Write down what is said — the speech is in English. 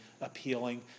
appealing